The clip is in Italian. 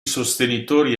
sostenitori